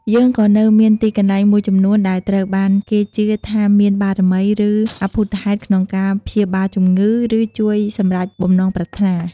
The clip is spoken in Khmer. យើងក៏នៅមានទីកន្លែងមួយចំនួនដែលត្រូវបានគេជឿថាមានបារមី ឬអព្ភូតហេតុក្នុងការ ព្យាបាលជំងឺ ឬ ជួយសម្រេចបំណងប្រាថ្នា ។